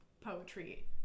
poetry